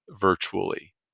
virtually